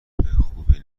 خوبی